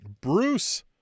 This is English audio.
Bruce